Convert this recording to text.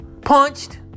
punched